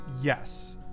yes